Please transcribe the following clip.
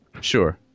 Sure